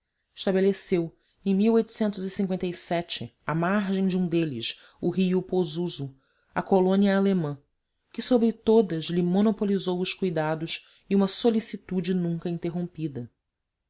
e se era à margem de um deles o rio pozuzo a colônia alemã que sobre todas lhe monopolizou os cuidados e uma solicitude nunca interrompida